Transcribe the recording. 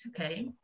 okay